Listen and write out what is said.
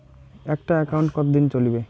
একটা একাউন্ট কতদিন চলিবে?